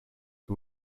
who